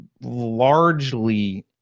largely